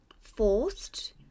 forced